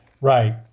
Right